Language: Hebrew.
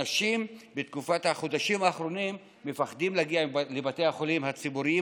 אנשים בחודשים האחרונים מפחדים להגיע לבתי החולים הציבוריים,